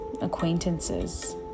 acquaintances